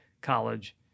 college